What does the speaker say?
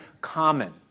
common